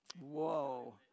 Whoa